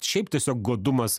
šiaip tiesiog godumas